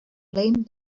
blame